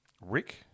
Rick